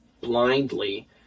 blindly